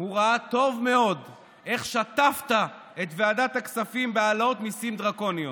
הוא ראה טוב מאוד איך שטפת את ועדת הכספים בהעלאות מיסים דרקוניות.